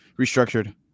Restructured